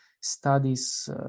studies